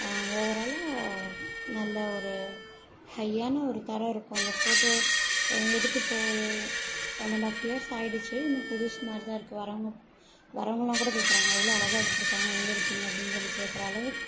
ஓவராலாக நல்லா ஒரு ஹையான ஒரு தரம் இருக்கும் அந்த ஃபோட்டோ எடுத்து இப்போது ஒரு ஒன் அண்ட் ஆப் இயர்ஸ் ஆயிடுச்சு இன்னும் புதுசுமாதிரிதான் இருக்குது வரவங்க வரவங்கலாம் கூட கேட்குறாங்க எவ்வளோ அழகா எடுத்திருக்காங்க எங்கே எடுத்தீங்கள் அப்படினு சொல்லி கேட்குற அளவுக்கு